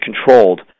controlled